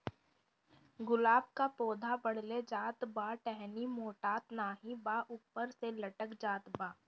गुलाब क पौधा बढ़ले जात बा टहनी मोटात नाहीं बा ऊपर से लटक जात बा?